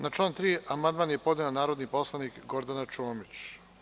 Na član 3. amandman je podnela narodni poslanik Gordana Čomić.